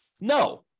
No